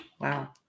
Wow